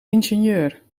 ingenieur